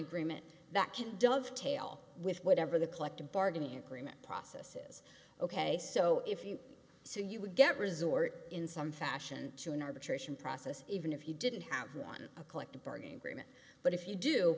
agreement that conduct tail with whatever the collective bargaining agreement process is ok so if you so you would get resort in some fashion to an arbitration process even if you didn't have one a collective bargaining agreement but if you do